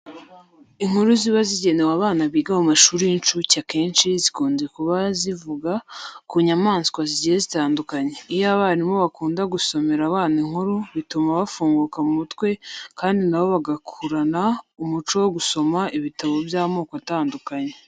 Inkuru ziba zigenewe abana biga mu mashuri y'incuke akenshi zikunze kuba zivuga ku nyamaswa zigiye zitandukanye. Iyo abarimu bakunda gusomera abana inkuru bituma bafunguka mu mutwe kandi na bo bagakurana umuco wo gusoma ibitabo by'amoko atandukanye.